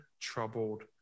troubled